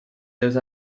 déus